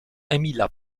emila